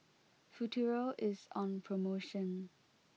Futuro is on promotion